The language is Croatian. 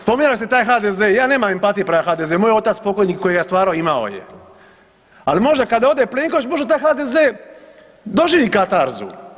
Spominjali ste taj HDZ, ja nemam empatije prema HDZ-u, moj otac pokojni koji ga je stvarao, imao je, al možda kad ode Plenković možda taj HDZ doživi katarzu.